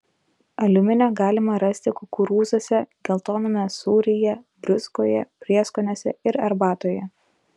aliuminio galima rasti kukurūzuose geltoname sūryje druskoje prieskoniuose ir arbatoje